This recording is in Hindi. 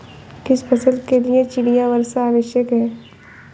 किस फसल के लिए चिड़िया वर्षा आवश्यक है?